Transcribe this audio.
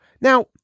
Now